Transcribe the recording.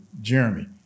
Jeremy